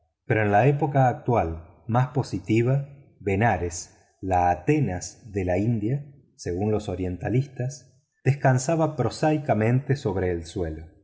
pero en la época actual más positiva benarés la atenas de la india según los orientalistas descansaba prosaicamente sobre el suelo